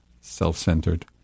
self-centered